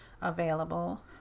available